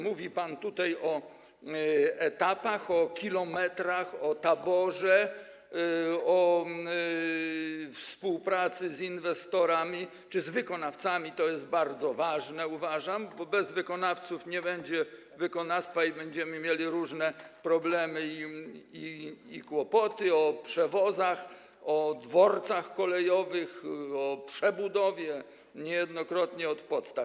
Mówi pan tutaj o etapach, o kilometrach, o taborze, o współpracy z inwestorami czy z wykonawcami - to jest bardzo ważne, uważam, bo bez wykonawców nie będzie wykonawstwa i będziemy mieli różne problemy i kłopoty - o przewozach, o dworcach kolejowych, o przebudowie niejednokrotnie od podstaw.